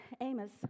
Amos